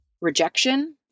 rejection